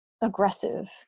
aggressive